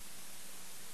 ההצעה?